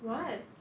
what